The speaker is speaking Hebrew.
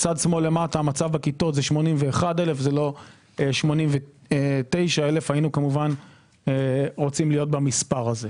המצב בכיתות זה 81,000 ולא 89,000. היינו כמובן רוצים להיות במספר הזה.